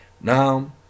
now